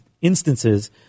instances